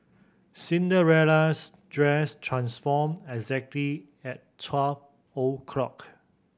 Cinderella's dress transformed exactly at twelve o' clock